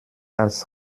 als